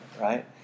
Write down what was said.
right